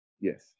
Yes